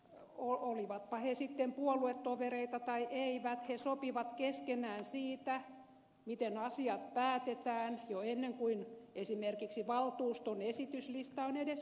olivatpa he sitten puoluetovereita tai eivät he sopivat keskenään siitä miten asiat päätetään jo ennen kuin esimerkiksi valtuuston esityslista on edes kirjoitettu